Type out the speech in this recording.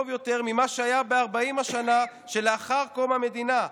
יותר ממה שהיה ב-40 השנים שלאחר קום המדינה,